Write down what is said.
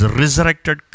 resurrected